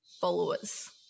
followers